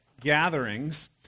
Gatherings